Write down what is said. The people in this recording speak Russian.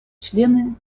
члены